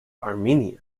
armenia